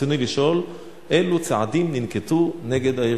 רצוני לשאול: אילו צעדים ננקטו נגד הארגון?